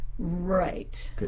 right